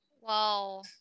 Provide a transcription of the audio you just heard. Wow